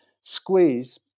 squeeze